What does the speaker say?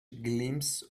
glimpse